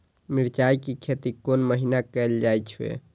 मिरचाय के खेती कोन महीना कायल जाय छै?